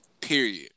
Period